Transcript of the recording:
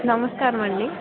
నమస్కారము అండి